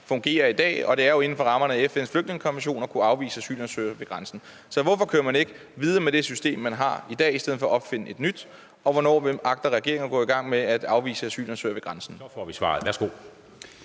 fungerer i dag, og det er jo inden for rammerne af FN's flygtningekonvention at kunne afvise asylansøgere ved grænsen. Så hvorfor kører man ikke videre med det system, som vi har i dag, i stedet for at opfinde et nyt? Og hvornår agter regeringen at gå i gang med at afvise asylansøgere ved grænsen?